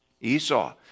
Esau